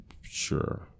sure